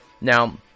Now